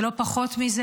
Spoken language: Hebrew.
ולא פחות מזה,